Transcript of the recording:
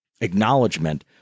acknowledgement